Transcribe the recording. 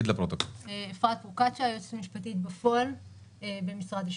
אני היועצת המשפטית בפועל במשרד השיכון.